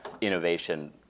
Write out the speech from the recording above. innovation